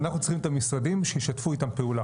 אנחנו צריכים את המשרדים שישתפו איתם פעולה.